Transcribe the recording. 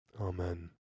Amen